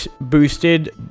boosted